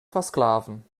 versklaven